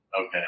Okay